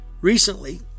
Recently